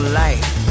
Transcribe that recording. life